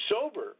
sober